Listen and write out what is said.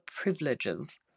privileges